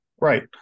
Right